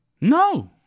no